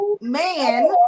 man